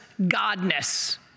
Godness